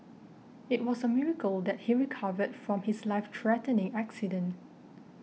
it was a miracle that he recovered from his life threatening accident